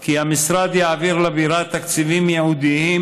כי המשרד יעביר לבירה תקציבים ייעודיים,